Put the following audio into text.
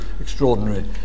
extraordinary